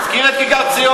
תזכיר את כיכר-ציון.